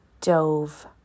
dove